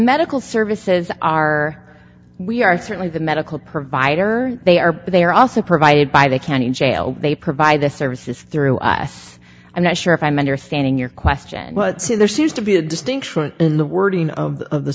medical services are we are certainly the medical provider they are but they are also provided by the county jail they provide the services through us i'm not sure if i'm understanding your question but see there seems to be a distinction in the wording of